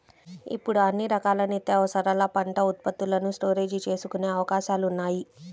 ఇప్పుడు అన్ని రకాల నిత్యావసరాల పంట ఉత్పత్తులను స్టోరేజీ చేసుకునే అవకాశాలున్నాయి